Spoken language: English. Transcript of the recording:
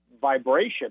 vibration